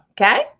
okay